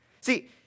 See